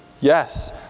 Yes